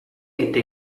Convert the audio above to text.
eta